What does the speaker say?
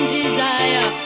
desire